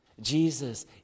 Jesus